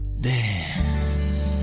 dance